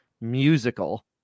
musical